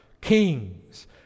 kings